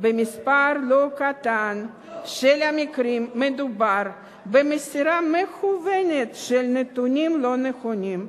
במספר לא קטן של המקרים מדובר במסירה מכוונת של נתונים לא נכונים,